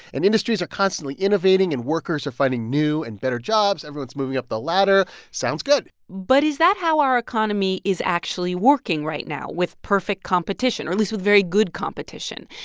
and industries are constantly innovating, and workers are finding new and better jobs. everyone's moving up the ladder sounds good but is that how our economy is actually working right now, with perfect competition or at least with very good competition?